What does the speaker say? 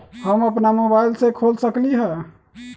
हम अपना मोबाइल से खोल सकली ह?